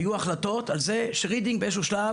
היו החלטות על זה שרידינג באיזה שהוא שלב